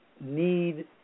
need